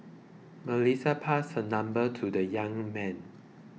Melissa passed her number to the young man